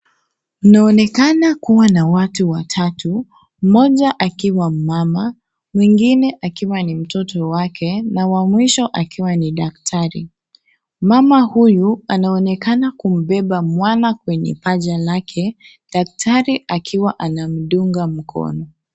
Kunaonekana kuwa na watu watatu, mmoja akiwa mmama mwingine akiwa ni mtoto wake na wa mwisho akiwa ni daktari. Mama huyu anaonekana kumbeba mtoto kwenye paja lake . Daktari akiwa anamdunga mkono.